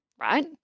right